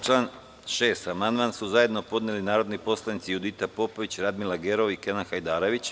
Na član 6. amandman su zajedno podneli narodni poslanici Judita Popović, Radmila Gerov i Kenan Hajdarević.